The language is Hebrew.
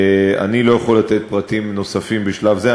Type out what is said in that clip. אני לא יכול לתת פרטים נוספים בשלב זה.